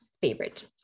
favorite